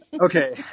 Okay